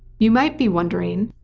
you might be wondering,